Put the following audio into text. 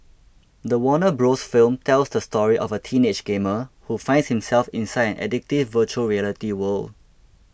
the Warner Bros film tells the story of a teenage gamer who finds himself inside an addictive Virtual Reality world